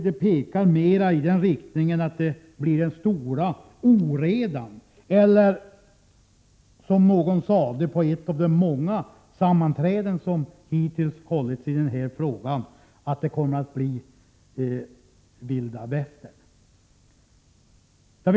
Det pekar mera i den riktningen att det blir fråga om den stora oredan eller, som någon sade på ett av de många sammanträden som hittills har hållits, om Vilda västern.